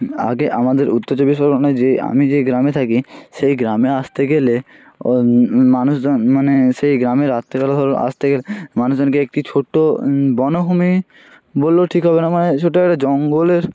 আগে আমাদের উত্তর চব্বিশ পরগনা যে আমি যেই গ্রামে থাকি সেই গ্রামে আসতে গেলে ও মানুষজন মানে সেই গ্রামে রাতের বেলা ধরো আসতে গেলে মানুষজনকে একটি ছোট্ট বনভূমি বল্লেও ঠিক হবে না মানে ছোটো একটা জঙ্গলের